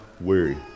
weary